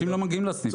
אנשים לא מגיעים לסניף.